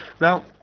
Now